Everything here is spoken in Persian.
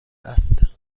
است